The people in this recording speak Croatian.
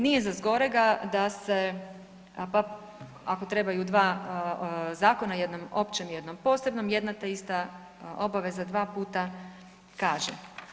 Nije za zgorega da se ako trebaju dva zakona jednom općem i jednom posebnom jedna te ista obaveza dva puta kaže.